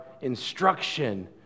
instruction